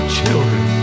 children